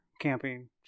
camping